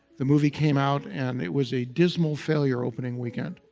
the movie came out and it was a dismal failure opening weekend.